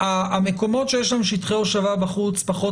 המקומות שיש שם שטחי הושבה בחוץ פחות